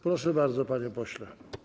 Proszę bardzo, panie pośle.